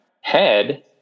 head